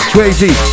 Crazy